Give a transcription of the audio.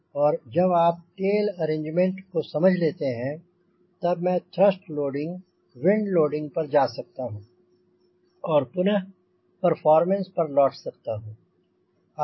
और जब आप टेल अरेंजमेंट को समझ लेते हैं तब मैं थ्रस्ट लोडिंग विंग लोडिंग पर जा सकता हूंँ और पुनः परफॉर्मेंस पर लौट सकता हूंँ